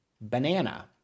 banana